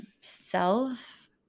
self